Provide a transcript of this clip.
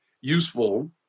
useful